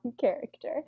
character